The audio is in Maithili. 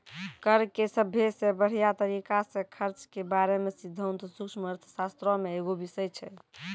कर के सभ्भे से बढ़िया तरिका से खर्च के बारे मे सिद्धांत सूक्ष्म अर्थशास्त्रो मे एगो बिषय छै